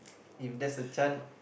if there's a chance